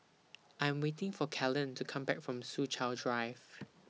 I Am waiting For Kellan to Come Back from Soo Chow Drive